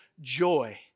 joy